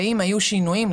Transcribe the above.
אם היו שינויים,